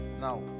now